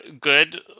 good